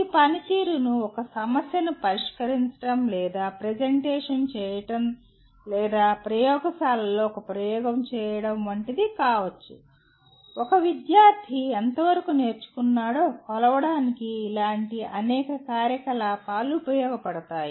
ఈ పనితీరు ఒక సమస్యను పరిష్కరించడం లేదా ప్రెజెంటేషన్ చేయడం లేదా ప్రయోగశాలలో ఒక ప్రయోగం చేయడం వంటిది కావచ్చు ఇది కావచ్చు ఒక విద్యార్థి ఎంతవరకు నేర్చుకున్నాడో కొలవడానికి ఇలాంటి అనేక కార్యకలాపాలు ఉపయోగపడతాయి